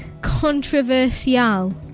controversial